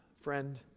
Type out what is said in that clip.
Friend